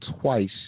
twice